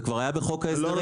וזה כבר היה בחוק ההסדרים.